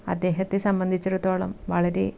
അദ്ദേഹത്തെ സംബന്ധിച്ചെടുത്തോളം വളരെ